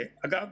אגב,